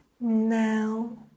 Now